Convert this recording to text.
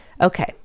okay